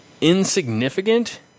insignificant